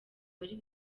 bari